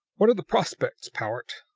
what are the prospects, powart?